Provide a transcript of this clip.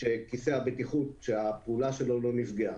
שהפעולה של כיסא הבטיחות לא נפגעה?